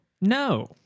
No